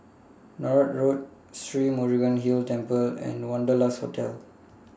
Northolt Road Sri Murugan Hill Temple and Wanderlust Hotel